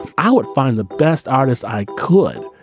out. find the best artists i could.